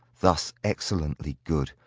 thus excellently good,